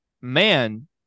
man